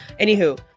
Anywho